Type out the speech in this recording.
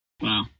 Wow